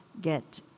get